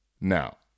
Now